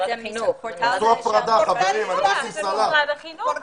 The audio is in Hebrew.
לא משרד העלייה.